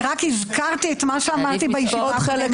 אני רק הזכרתי את מה שאמרתי בישיבה קודמת.